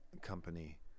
company